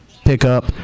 pickup